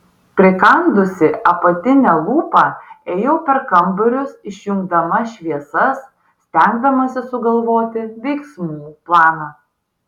prikandusi apatinę lūpą ėjau per kambarius išjungdama šviesas stengdamasi sugalvoti veiksmų planą